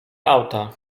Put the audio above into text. auta